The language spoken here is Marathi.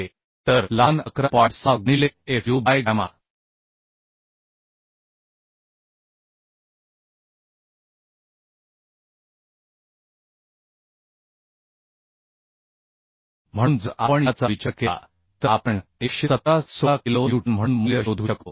6 गुणिले FU बाय गॅमा म्हणून जर आपण याचा विचार केला तर आपण 117 16 किलो न्यूटन म्हणून मूल्य शोधू शकतो